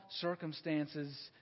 circumstances